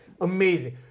Amazing